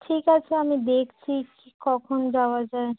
ঠিক আছে আমি দেখছি কি কখন যাওয়া যায়